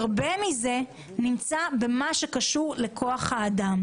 הרבה מזה נמצא במה שקשור לכוח האדם.